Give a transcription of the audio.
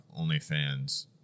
OnlyFans